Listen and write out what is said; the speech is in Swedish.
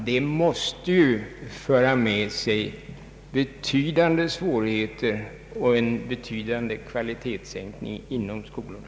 Det måste ju föra med sig betydande svårigheter och en betydande kvalitetssänkning i skolorna.